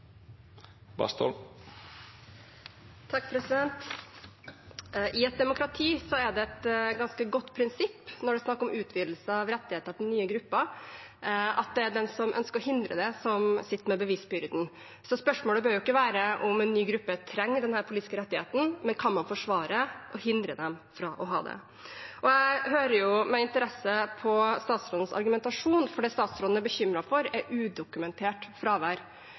I et demokrati er det et ganske godt prinsipp, når det er snakk om utvidelse av rettigheter til nye grupper, at det er de som ønsker å hindre det, som sitter med bevisbyrden. Så spørsmålet bør ikke være om en ny gruppe trenger denne politiske rettigheten, men om man kan forsvare å hindre dem fra å ha den. Jeg hører med interesse på statsrådens argumentasjon, for det statsråden er bekymret for, er udokumentert fravær.